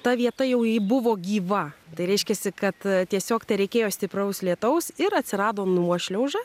ta vieta jau ji buvo gyva tai reiškiasi kad tiesiog tereikėjo stipraus lietaus ir atsirado nuošliauža